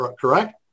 correct